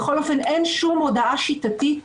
בכל אופן אין שום הודעה שיטתית,